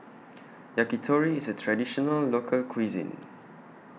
Yakitori IS A Traditional Local Cuisine